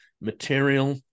material